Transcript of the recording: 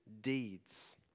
deeds